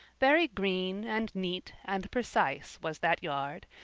very green and neat and precise was that yard,